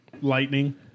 Lightning